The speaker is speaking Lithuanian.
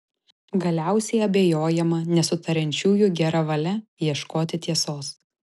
galiausiai abejojama nesutariančiųjų gera valia ieškoti tiesos